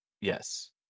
Yes